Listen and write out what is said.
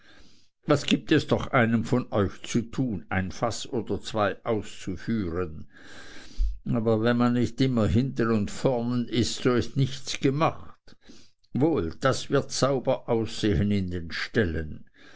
was gibt es doch einem von euch zu tun ein faß oder zwei auszuführen aber wenn man nicht immer hinten und vornen ist so ist nichts gemacht wohl das wird sauber aussehen in den ställen